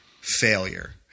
failure